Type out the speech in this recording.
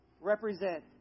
represent